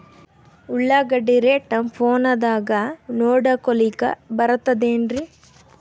ಉಳ್ಳಾಗಡ್ಡಿ ರೇಟ್ ನಮ್ ಫೋನದಾಗ ನೋಡಕೊಲಿಕ ಬರತದೆನ್ರಿ?